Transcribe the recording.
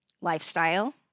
lifestyle